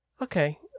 Okay